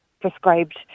prescribed